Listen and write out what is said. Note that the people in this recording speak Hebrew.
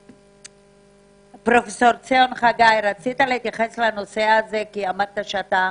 פרופסור חגי, התייחסותך לנושא הזה בבקשה.